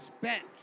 bench